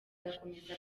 agakomeza